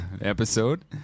episode